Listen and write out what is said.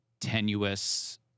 tenuous